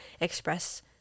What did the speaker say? express